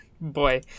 boy